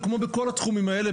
כמו בכל התחומים האלה,